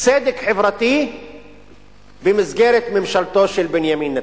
צדק חברתי במסגרת ממשלתו של בנימין נתניהו.